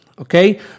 okay